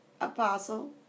apostle